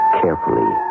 carefully